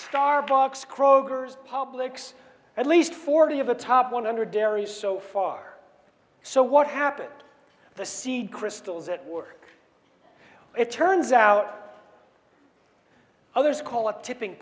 starbucks kroger's publix at least forty of the top one hundred dairy so far so what happened to the seed crystals at work it turns out others call a tipping